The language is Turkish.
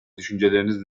düşünceleriniz